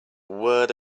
word